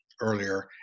earlier